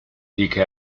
dick